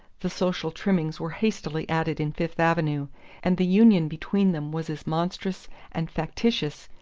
the social trimmings were hastily added in fifth avenue and the union between them was as monstrous and factitious,